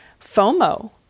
FOMO